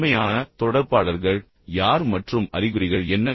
திறமையான தொடர்பாளர்கள் யார் மற்றும் அறிகுறிகள் என்ன